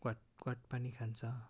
घटघट पानी खान्छ